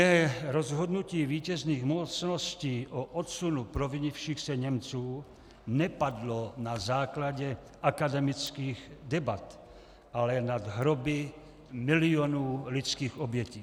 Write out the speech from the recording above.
Ne, rozhodnutí vítězných mocností o odsunu provinivších se Němců nepadlo na základě akademických debat, ale nad hroby milionů lidských obětí.